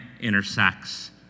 intersects